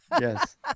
Yes